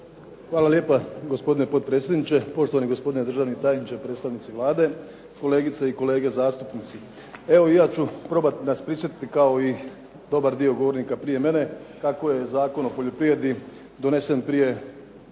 Hvala lijepa. Gospodine potpredsjedniče, poštovani gospodine državni tajniče, predstavnici Vlade, kolegice i kolege zastupnici. Evo i ja ću probat vas prisjetiti kao i dobar dio govornika prije mene kako je Zakon o poljoprivredi donesen prije gotovo